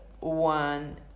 one